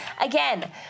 Again